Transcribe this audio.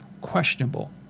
questionable